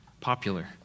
popular